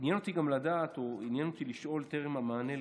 עניין אותי גם לשאול טרם המענה לך,